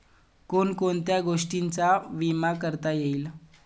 कोण कोणत्या गोष्टींचा विमा करता येईल?